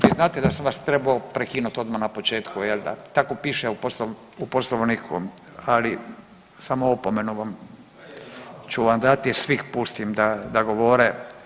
Vi znate da sam vas trebao prekinuti odmah na početku jel da, tako piše u Poslovniku ali samo opomenu ću vam dati, svih pustim da govore.